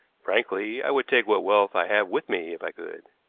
frankly, i would take what wealth i have with me if i could.